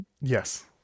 yes